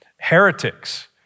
heretics